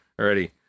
already